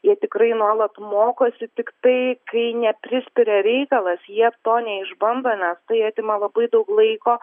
jie tikrai nuolat mokosi tiktai kai neprispiria reikalas jie to neišbando nes tai atima labai daug laiko